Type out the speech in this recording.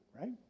right